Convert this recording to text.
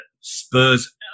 Spurs